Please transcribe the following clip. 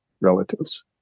relatives